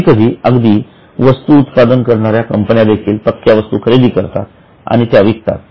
कधी कधी अगदी वस्तू उत्पादन करणाऱ्या कंपन्या देखील पक्क्या वस्तू खरेदी करतात आणि त्या विकतात